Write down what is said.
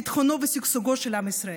ביטחונו ושגשוגו של עם ישראל.